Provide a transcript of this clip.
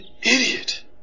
idiot